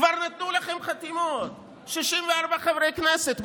כבר נתנו לכם חתימות 64 חברי כנסת,